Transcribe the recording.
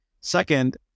Second